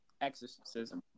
Exorcism